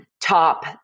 top